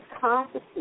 consciousness